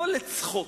לא לצחוק,